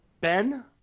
Ben